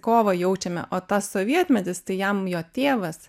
kovą jaučiame o tas sovietmetis tai jam jo tėvas